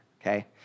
okay